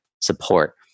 support